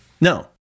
No